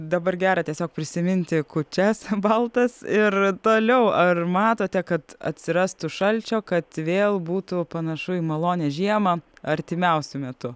dabar gera tiesiog prisiminti kūčias baltas ir toliau ar matote kad atsirastų šalčio kad vėl būtų panašu į malonią žiemą artimiausiu metu